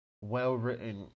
well-written